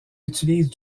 utilise